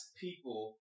people